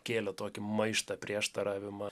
kėlė tokį maištą prieštaravimą